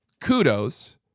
Kudos